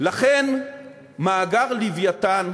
לכן מאגר "לווייתן"